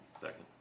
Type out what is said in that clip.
Second